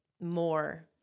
more